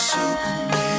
Superman